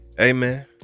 Amen